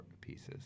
pieces